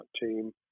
team